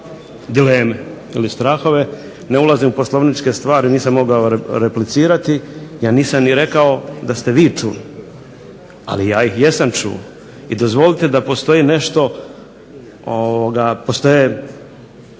dileme ili strahove. Ne ulazim u poslovničke stvari nisam mogao replicirati. Ja nisam ni rekao da ste vi čuli, ali ja ih jesam čuo. I dozvolite da postoji nešto da postoji